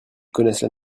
connaissent